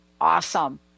Awesome